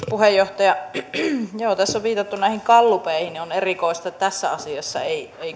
puheenjohtaja tässä on viitattu näihin gallupeihin ja on erikoista että tässä asiassa ei